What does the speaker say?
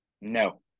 No